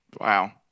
Wow